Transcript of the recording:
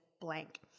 blank